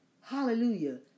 Hallelujah